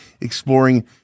exploring